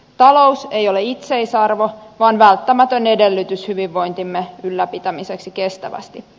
talous ei ole itseisarvo vaan välttämätön edellytys hyvinvointimme ylläpitämiseksi kestävästi